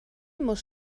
muss